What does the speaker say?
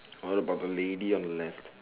what about the lady on the left